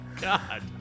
God